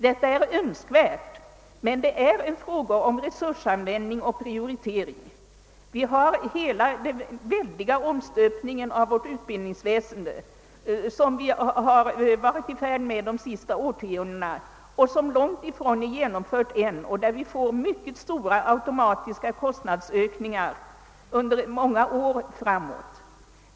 Det hela är emellertid också en fråga om resursanvändning och prioritering. Den väldiga omstöpning av vårt undervisningsväsende som vi har varit i färd med under de senaste årtiondena och som ännu långt ifrån är genomförd åstadkommer mycket stora automatiska kostnadsökningar under många år framåt.